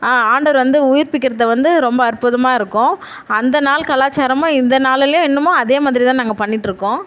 ஆண்டவர் வந்து உயிர்ப்பிக்கிறத வந்து ரொம்ப அற்புதமாக இருக்கும் அந்த நாள் கலாச்சாரமும் இந்த நாளிலே இன்னுமும் அதே மாதிரி தான் நாங்கள் பண்ணிட்டுருக்கோம்